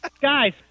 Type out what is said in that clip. guys